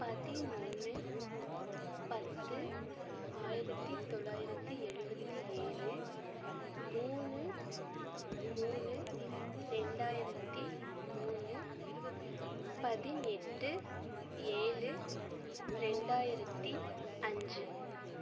பதினொன்று பத்து ஆயிரத்தி தொள்ளாயிரத்தி எழுபத்தி ஏழு மூணு மூணு ரெண்டாயிரத்தி மூணு பதினெட்டு ஏழு ரெண்டாயிரத்தி அஞ்சு